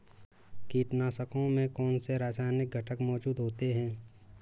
कीटनाशकों में कौनसे रासायनिक घटक मौजूद होते हैं?